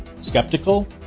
Skeptical